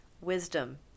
wisdom